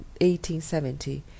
1870